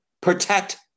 Protect